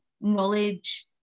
knowledge